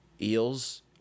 Eels